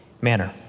manner